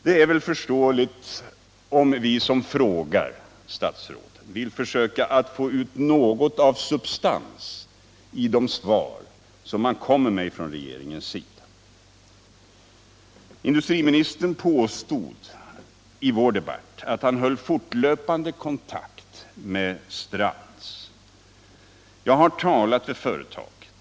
Det är väl förståeligt om vi som frågar statsråden vill försöka att få ut något av substans i de svar man kommer med från regeringens sida. Industriministern påstod i vår debatt att han höll fortlöpande kontakt med Strands. Jag har talat med företaget.